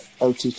OTT